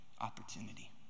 opportunity